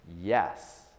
yes